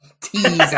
tease